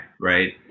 right